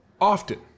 often